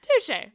touche